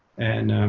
and